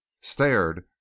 stared